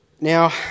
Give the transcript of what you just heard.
Now